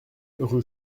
rue